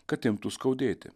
kad imtų skaudėti